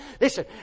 listen